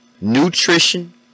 nutrition